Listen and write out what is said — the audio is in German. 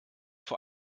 vor